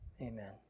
amen